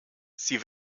sie